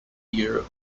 europe